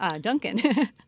Duncan